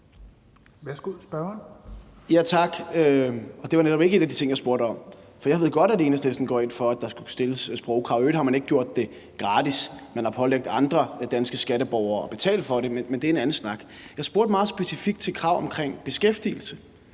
Morten Dahlin (V): Tak. Og det var netop ikke en af de ting, jeg spurgte om, for jeg ved godt, at Enhedslisten går ind for, at der skal stilles sprogkrav. I øvrigt har man ikke gjort det gratis; man har pålagt andre danske skatteborgere at betale for det, men det er en anden snak. Jeg spurgte meget specifikt til krav omkring beskæftigelse,